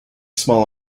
small